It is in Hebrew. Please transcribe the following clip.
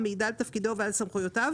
המעידה על תפקידו ועל סמכויותיו,